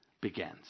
begins